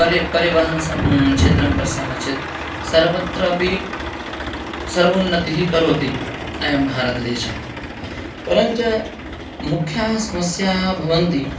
परे परिवहन क्षेत्रं पश्यामः चेत् सर्वत्र अपि सर्वोन्नतिः करोति अयं भारतदेशः परञ्च मुख्याः समस्याः भवन्ति